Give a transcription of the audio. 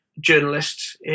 journalists